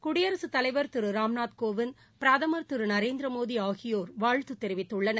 குடியரசுத் தலைவர் திரு ராம்நாத் கோவிந்த் பிரதமர் திரு நரேந்திர மோடி ஆகியோர் வாழ்த்து தெரிவித்துள்ளார்கள்